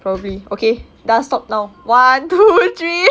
probably okay dah stop now one two three